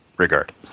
regard